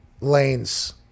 lanes